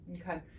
Okay